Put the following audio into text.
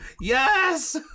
Yes